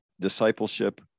discipleship